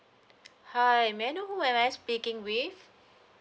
hi may I know who am I speaking with